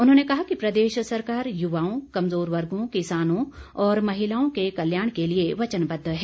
उन्होंने कहा कि प्रदेश सरकार युवाओं कमजोर वर्गों किसानों और महिलाओं के कल्याण के लिए वचनबद्द है